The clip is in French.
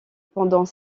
pendant